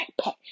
backpack